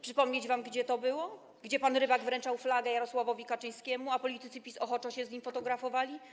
Przypomnieć wam, gdzie to było, gdzie pan Rybak wręczał flagę Jarosławowi Kaczyńskiemu, a politycy PiS ochoczo się z nim fotografowali?